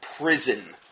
prison